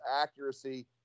accuracy